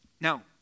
Now